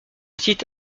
site